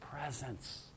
presence